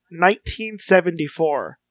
1974